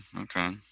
okay